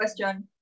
question